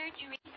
surgery